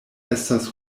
estas